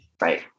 Right